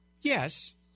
Yes